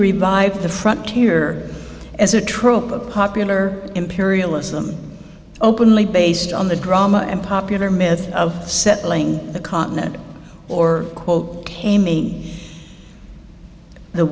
revived the front here as a trope of popular imperialism openly based on the drama and popular myth of settling the continent or quote me the